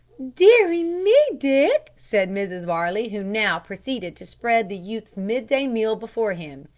deary me, dick, said mrs varley, who now proceeded to spread the youth's mid-day meal before him,